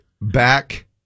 Back